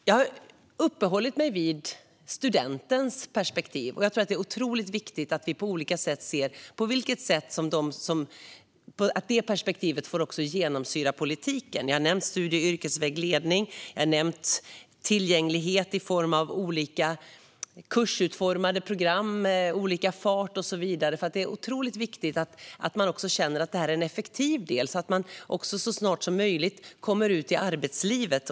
Jag har uppehållit mig vid studentens perspektiv, och jag tror att det är otroligt viktigt att vi på olika sätt ser på hur också detta perspektiv kan få genomsyra politiken. Jag har nämnt studie och yrkesvägledning, tillgänglighet i form av olika kursutformade program, olika fart och så vidare. Det är viktigt att man känner att detta är en effektiv del så att man så snart som möjligt kommer ut i arbetslivet.